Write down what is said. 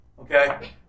Okay